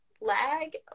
lag